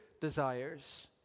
desires